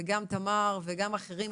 וגם תמר וגם אחרים,